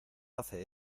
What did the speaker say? hace